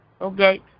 Okay